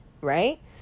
right